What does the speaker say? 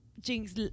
jinx